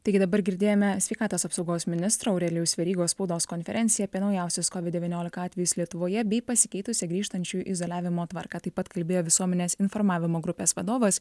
taigi dabar girdėjome sveikatos apsaugos ministro aurelijaus verygos spaudos konferenciją apie naujausius kovid devyniolika atvejus lietuvoje bei pasikeitusią grįžtančiųjų izoliavimo tvarką taip pat kalbėjo visuomenės informavimo grupės vadovas